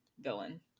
villain